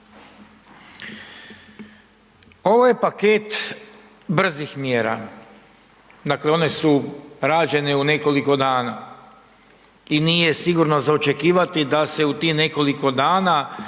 Ovo je paket brzih mjera, dakle one su rađene u nekoliko dana i nije sigurno za očekivati da se u tih nekoliko dana